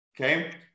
okay